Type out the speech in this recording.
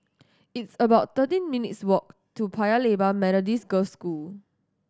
it's about thirteen minutes' walk to Paya Lebar Methodist Girls' School